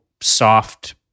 soft